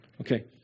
okay